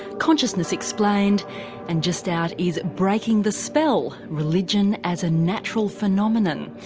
consciousness explained and, just out, is breaking the spell religion as a natural phenomenon,